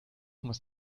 muss